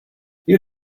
you